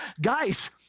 guys